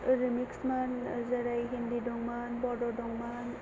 remix मोन जेरै हिन्दि दंमोन बड' दंमोन